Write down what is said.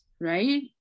right